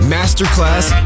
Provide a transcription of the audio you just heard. Masterclass